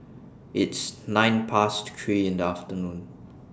its nine Past three in The afternoon